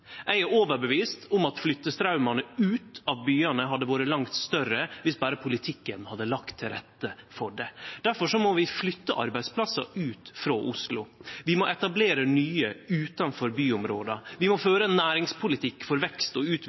Eg er overtydd om at flyttestraumane ut av byane hadde vore langt større viss berre politikken hadde lagt til rette for det. Difor må vi flytte arbeidsplassar ut frå Oslo. Vi må etablere nye utanfor byområda. Vi må føre ein næringspolitikk for vekst og